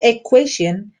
equation